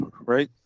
right